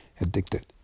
addicted